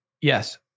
Yes